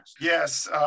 Yes